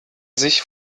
sich